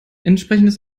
entsprechendes